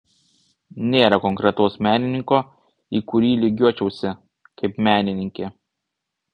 nėra konkretaus menininko į kurį lygiuočiausi kaip menininkė